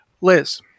Liz